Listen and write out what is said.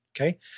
okay